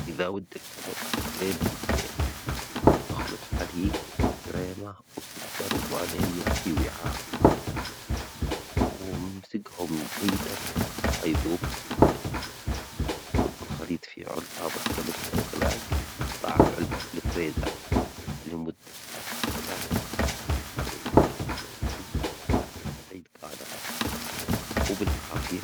إذا ودك تعمل آيس كريم بالبيت، أخلط حليب وكريمة وسكر، وبعدين اعافي وعاء وامسكهم كيدا حتى يذوب السكر، صبّ الخليط في علبة محكمة الإغلاج، وضع العلبة في الفريزر لمدة أربعة إلى ست ساعات وحرك الآيس كريم كل فترة حتى يتجانس، وبالعافية.